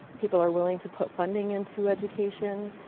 people are willing to put funding into education.